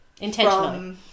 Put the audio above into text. intentional